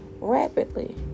rapidly